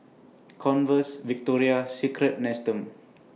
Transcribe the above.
Converse Victoria Secret Nestum